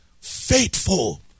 Faithful